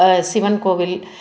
சிவன் கோவில்